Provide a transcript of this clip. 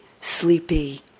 sleepy